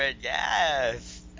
yes